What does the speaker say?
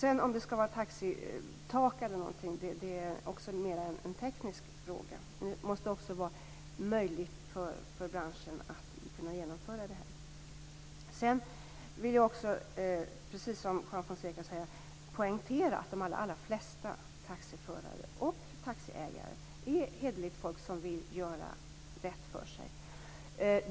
Om det sedan skall vara pristak eller någonting annat är mera en teknisk fråga. Det måste också vara möjligt för branschen att genomföra det. Jag vill också poängtera, precis som Juan Fonseca säger, att de allra flesta taxiförare och taxiägare är hederligt folk som vill göra rätt för sig.